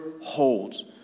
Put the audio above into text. holds